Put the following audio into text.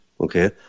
okay